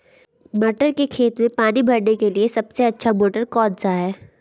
मटर के खेत में पानी भरने के लिए सबसे अच्छा मोटर कौन सा है?